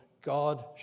God